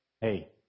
Hey